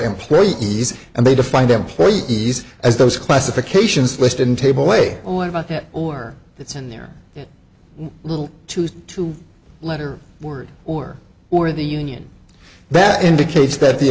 employees and they defined employees as those classifications listed in table way about that or it's in their little twos two letter word or or the union that indicates that the